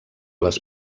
les